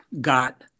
got